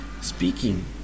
speaking